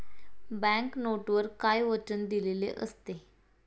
Bank नोटवर काय वचन दिलेले असते?